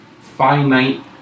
finite